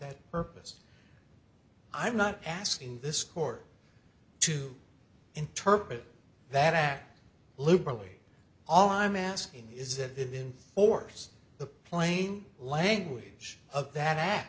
that purpose i'm not asking this court to interpret that act liberally all i'm asking is that in force the plain language of that act